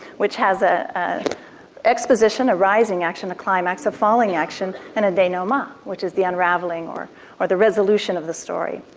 which has an exposition, a rising action, a climax, a falling action and a denouement, which is the unraveling or or the resolution of the story.